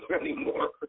anymore